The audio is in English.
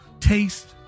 taste